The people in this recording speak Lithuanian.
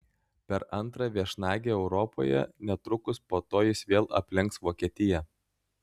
per antrą viešnagę europoje netrukus po to jis vėl aplenks vokietiją